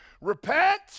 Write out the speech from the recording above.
repent